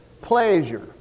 pleasure